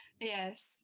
Yes